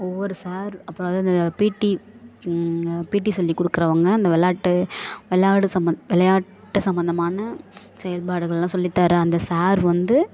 ஒவ்வொரு சார் அப்புறம் அது வந்து பீடி பீடி சொல்லிக் கொடுக்குறவங்க அந்த விளையாட்டு விளையாடு சம்மந் விளையாட்டு சம்பந்தமான செயல்பாடுகள்லாம் சொல்லித்தர அந்த சார் வந்து